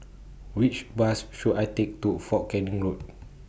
Which Bus should I Take to Fort Canning Road